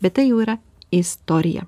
bet tai jau yra istorija